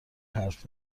حرف